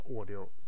audio